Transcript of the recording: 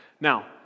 Now